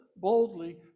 boldly